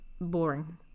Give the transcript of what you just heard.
boring